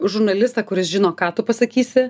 žurnalistą kuris žino ką tu pasakysi